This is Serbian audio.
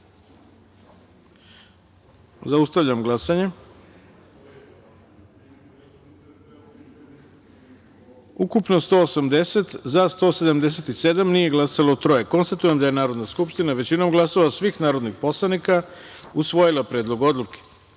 taster. Zaustavljam glasanje. Ukupno – 180, za – 177, nije glasalo – troje. Konstatujem da je Narodna skupština, većinom glasova svih narodnih poslanika, usvojila Predlog odluke. Šesta